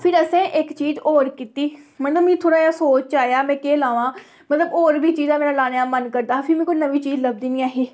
फिर असें इक चीज होर कीती मतलब मिगी थोह्ड़ा जेहा सोच च आया में केह् लावां मतलब होर बी चीजां मेरा लाने दा मन करदा फ्ही मीं कोई नमीं चीज लभदी निं ऐ ही